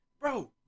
Bro